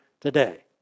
today